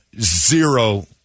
zero